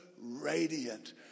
radiant